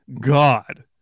God